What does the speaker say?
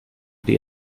die